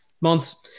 months